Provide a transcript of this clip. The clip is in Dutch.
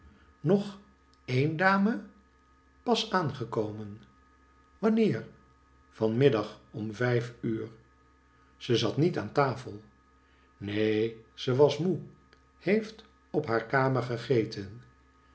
nog een dame pas aangekomen wanneer van middag om vijf uur ze zat niet aan tafel neen ze was moe heeft op haar kamer gegeten